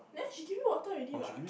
then she give you water already what